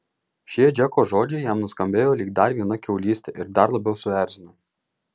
šie džeko žodžiai jam nuskambėjo lyg dar viena kiaulystė ir dar labiau suerzino